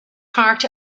part